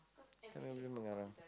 kami boleh mengarang